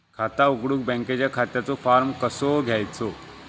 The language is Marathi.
खाता उघडुक बँकेच्या खात्याचो फार्म कसो घ्यायचो?